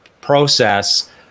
process